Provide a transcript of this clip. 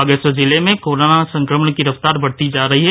बागेश्वर जिले में कोरोना संक्रमण की रफतार बढ़ती जा रही है